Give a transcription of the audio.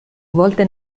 volte